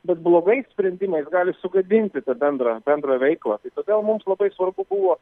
bet blogais sprendimais gali sugadinti tą bendrą bendrą veiklą tai todėl mums labai svarbu buvo